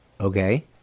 Okay